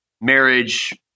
marriage